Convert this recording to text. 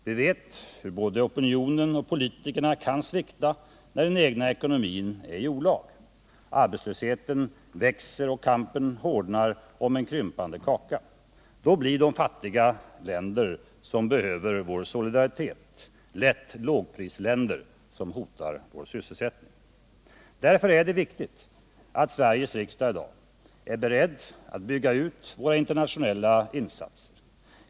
Vi vet hur både opinionen och politiker kan svika när den egna ekonomin är i olag, arbetslösheten växer och kampen hårdnar om en krympande kaka. Då blir de fattiga länder som behöver vår solidaritet lätt lågprisländer som hotar vår sysselsättning. Därför är det viktigt att Sveriges riksdag i dag är beredd att bygga ut våra internationella insatser.